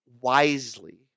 wisely